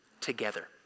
together